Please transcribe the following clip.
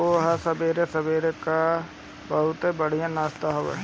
पोहा सबेरे सबेरे कअ बहुते बढ़िया नाश्ता हवे